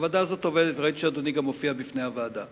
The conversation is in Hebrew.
הוועדה הזאת עובדת וראיתי שאדוני גם הופיע בפני הוועדה.